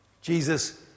Jesus